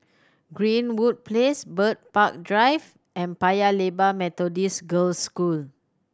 Greenwood Place Bird Park Drive and Paya Lebar Methodist Girls' School